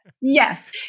yes